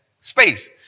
space